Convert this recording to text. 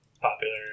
popular